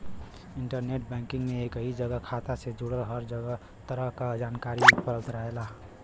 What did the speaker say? internet banking में एक ही जगह खाता से जुड़ल हर तरह क जानकारी उपलब्ध रहेला